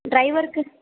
டிரைவரருக்கு